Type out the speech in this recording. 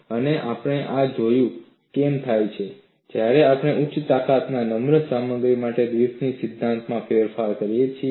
અને આ આપણે જોઈશું કે આવું કેમ થાય છે જ્યારે આપણે ઉચ્ચ તાકાત નમ્ર સામગ્રી માટે ગ્રિફિથ સિદ્ધાંતમાં ફેરફાર કરીએ છીએ